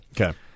Okay